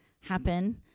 happen